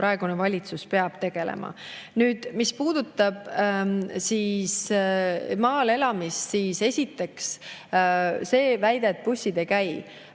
praegune valitsus peab tegelema. Nüüd, mis puudutab maal elamist, siis esiteks see väide, et bussid ei käi.